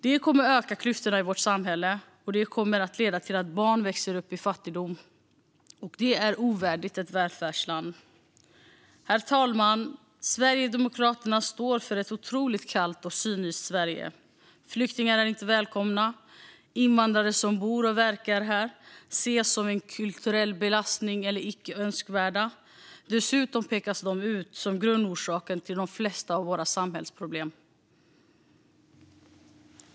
Detta kommer att öka klyftorna i vårt samhälle, och det kommer att leda till att barn växer upp i fattigdom. Det är ovärdigt ett välfärdsland. Herr talman! Sverigedemokraterna står för ett otroligt kallt och cyniskt Sverige. Flyktingar är inte välkomna. Invandrare som bor och verkar här ses som en kulturell belastning och icke önskvärda, och dessutom pekas de ut som grundorsaken till de flesta av våra samhällsproblem.